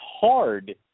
hard